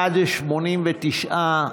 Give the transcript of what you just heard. בעד, 89,